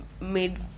made